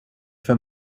för